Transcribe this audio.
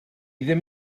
ddim